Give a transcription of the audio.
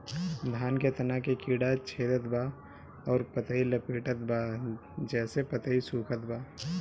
धान के तना के कीड़ा छेदत बा अउर पतई लपेटतबा जेसे पतई सूखत बा?